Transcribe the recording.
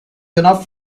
enough